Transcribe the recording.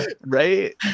Right